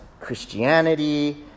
Christianity